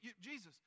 Jesus